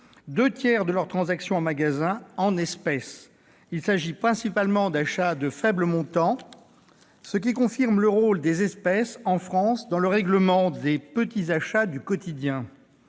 deux tiers de leurs transactions en magasin en espèces. Il s'agit principalement d'achats d'un faible montant, ce qui confirme le rôle des espèces, en France, dans le règlement des petits achats du quotidien.